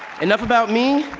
enough about me.